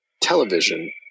television